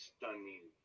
Stunning